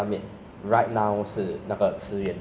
不要讲福建虾面 nah 还有那个